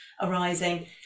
arising